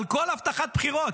אבל כל הבטחת בחירות,